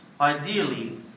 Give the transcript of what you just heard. Ideally